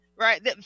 right